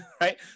right